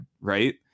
right